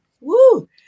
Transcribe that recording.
Woo